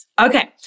okay